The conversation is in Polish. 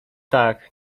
tak